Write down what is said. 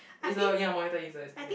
is a ya monitor lizard it's still there